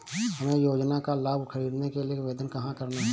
हमें योजना का लाभ ख़रीदने के लिए आवेदन कहाँ करना है?